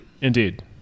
Indeed